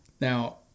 now